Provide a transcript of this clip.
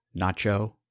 Nacho